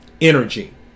Energy